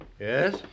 Yes